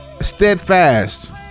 steadfast